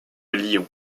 lyon